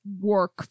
work